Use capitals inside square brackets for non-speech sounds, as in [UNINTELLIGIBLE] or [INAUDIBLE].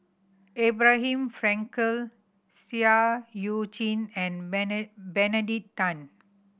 Abraham Frankel Seah Eu Chin and [UNINTELLIGIBLE] Benedict Tan